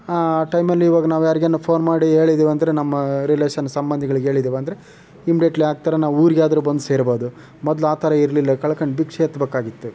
ಆ ಟೈಮಲ್ಲಿ ಇವಾಗ ನಾವು ಯಾರಿಗಾರು ಫೋನ್ ಮಾಡಿ ಹೇಳಿದೇವೆಂದ್ರೆ ನಮ್ಮ ರಿಲೇಷನ್ ಸಂಬಂಧಿಗಳಿಗೆ ಹೇಳಿದೇವುಂದ್ರೆ ಇಮ್ಡೆಟ್ಲಿ ಹಾಕ್ತಾರೆ ನಾವು ಊರಿಗಾದ್ರೂ ಬಂದು ಸೇರಬೋದು ಮೊದಲು ಆ ಥರ ಇರಲಿಲ್ಲ ಕಳ್ಕೊಂಡು ಭಿಕ್ಷೆ ಎತ್ತಬೇಕಾಗಿತ್ತು